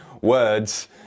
words